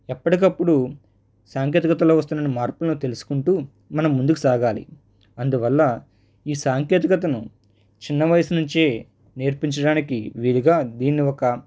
ఎప్పటికప్పుడు సాంకేతికతలో వస్తున్న మార్పులు తెలుసుకుంటూ మనం ముందుకు సాగాలి అందువల్ల ఈ సాంకేతికతను చిన్న వయస్సు నుంచి నేర్పించడానికి వీలుగా దీన్ని ఒక